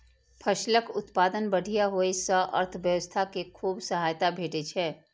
फसलक उत्पादन बढ़िया होइ सं अर्थव्यवस्था कें खूब सहायता भेटै छै